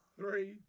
three